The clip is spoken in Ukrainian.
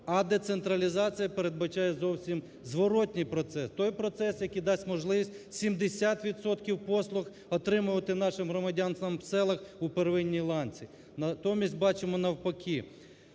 а децентралізація передбачає зовсім зворотній процес, той процес, який дасть можливість 70 відсотків послуг отримувати нашим громадянам в селах у первинній ланці. Натомість бачимо навпаки.